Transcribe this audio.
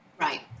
Right